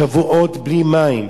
שבועות בלי מים,